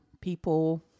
people